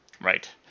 Right